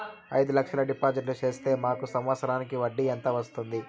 అయిదు లక్షలు డిపాజిట్లు సేస్తే మాకు సంవత్సరానికి వడ్డీ ఎంత వస్తుంది?